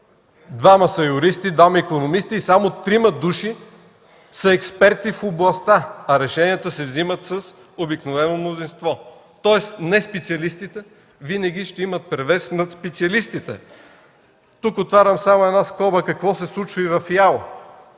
двама са юристи, двама икономисти и само трима души са експерти в областта, а решенията се вземат с обикновено мнозинство, тоест неспециалистите винаги ще имат превес над специалистите. Тук отварям само една скоба какво се случва и в